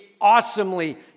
awesomely